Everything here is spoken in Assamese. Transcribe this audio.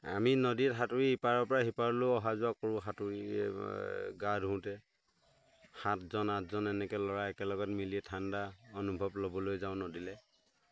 আমি নদীত সাঁতুৰি ইপাৰৰপৰা সিপাৰলৈও অহা যোৱা কৰোঁ সাঁতোৰি গা ধোওঁতে সাতজন আঠজন এনেকৈ ল'ৰা একেলগতে মিলি ঠাণ্ডা অনুভৱ ল'বলৈ যাওঁ নদীলৈ